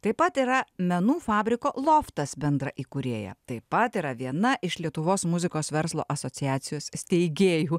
taip pat yra menų fabriko loftas bendraįkūrėja taip pat yra viena iš lietuvos muzikos verslo asociacijos steigėjų